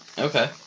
Okay